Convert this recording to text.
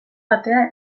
atea